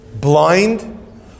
Blind